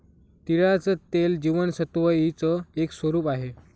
तिळाचं तेल जीवनसत्व ई च एक स्वरूप आहे